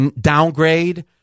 downgrade